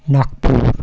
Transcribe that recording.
Nagpur